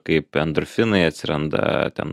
kaip endorfinai atsiranda ten